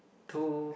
to